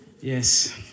yes